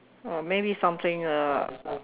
or maybe something uh